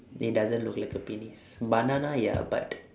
it doesn't look like a penis banana ya but